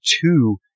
two